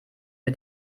mit